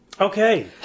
Okay